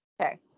Okay